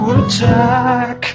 attack